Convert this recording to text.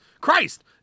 Christ